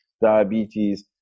diabetes